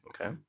Okay